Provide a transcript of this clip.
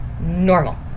normal